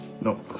No